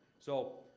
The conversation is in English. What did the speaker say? so,